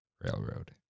Railroad